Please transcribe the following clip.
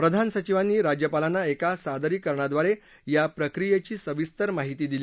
प्रधान सचिवांनी राज्यपालांना एका सादरीकरणाद्वारे या प्रकियेची सविस्तर माहिती दिली